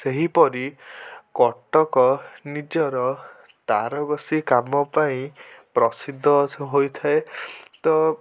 ସେହିପରି କଟକ ନିଜର ତାରକସି କାମ ପାଇଁ ପ୍ରସିଦ୍ଧ ହୋଇଥାଏ ତ